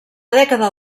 dècada